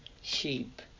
sheep